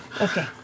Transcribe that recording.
Okay